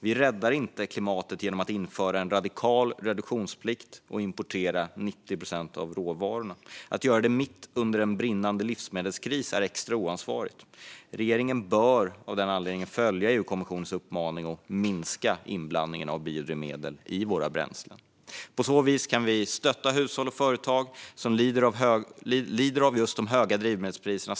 Vi räddar inte klimatet genom att införa en radikal reduktionsplikt och importera 90 procent av råvarorna. Att göra detta mitt under en brinnande livsmedelskris är extra oansvarigt. Regeringen bör av den anledningen följa EU-kommissionens uppmaning och minska inblandningen av biodrivmedel i våra bränslen. På så vis kan vi stötta hushåll och företag som lider av de höga drivmedelspriserna.